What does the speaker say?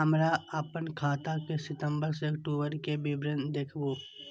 हमरा अपन खाता के सितम्बर से अक्टूबर के विवरण देखबु?